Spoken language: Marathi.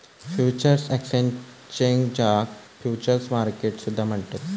फ्युचर्स एक्सचेंजाक फ्युचर्स मार्केट सुद्धा म्हणतत